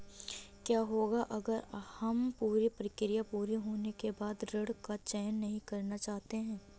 क्या होगा अगर हम पूरी प्रक्रिया पूरी होने के बाद ऋण का चयन नहीं करना चाहते हैं?